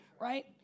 right